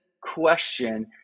question